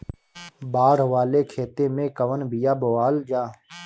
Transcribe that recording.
बाड़ वाले खेते मे कवन बिया बोआल जा?